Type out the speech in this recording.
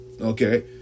Okay